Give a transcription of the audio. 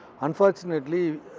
Unfortunately